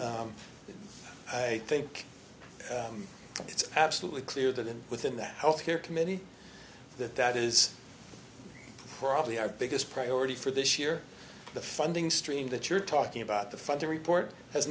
i think it's absolutely clear that within that health care committee that that is probably our biggest priority for this year the funding stream that you're talking about the funding report has